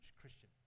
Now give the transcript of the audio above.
Christian